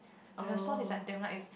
but their sauce is like damn nice